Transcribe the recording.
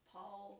Paul